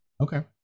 Okay